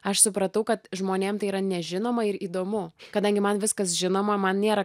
aš supratau kad žmonėm tai yra nežinoma ir įdomu kadangi man viskas žinoma man nėra